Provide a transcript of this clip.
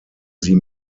sie